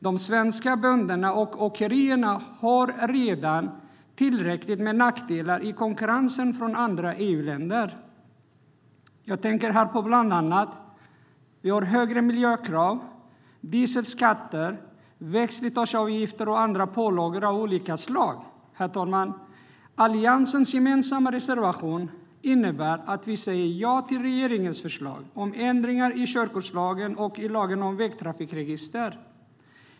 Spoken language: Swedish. De svenska bönderna och åkerierna har redan tillräckligt med nackdelar i konkurrensen med andra EU-länder. Jag tänker här på bland annat högre miljökrav, dieselskatter, vägslitageavgifter och andra pålagor av olika slag. Herr talman! Alliansens gemensamma reservation innebär att vi säger ja till regeringens förslag om ändringar i körkortslagen och i lagen om vägtrafikregister.